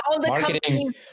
Marketing